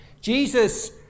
Jesus